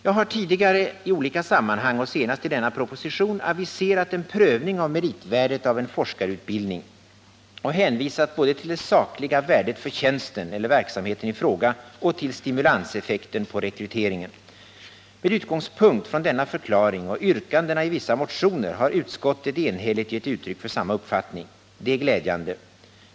Jag har tidigare i olika sammanhang — och senast i denna proposition — aviserat en prövning av meritvärdet av en forskarutbildning och hänvisat både till det sakliga värdet för tjänsten eller verksamheten i fråga och till stimulanseffekten på rekryteringen. Med utgångspunkt i denna förklaring och yrkandena i vissa motioner har utskottet enhälligt gett uttryck för samma uppfattning. Det är glädjande.